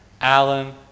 Alan